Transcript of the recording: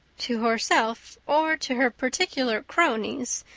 to herself, or to her particular cronies,